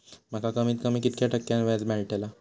माका कमीत कमी कितक्या टक्क्यान व्याज मेलतला?